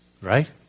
right